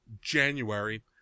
January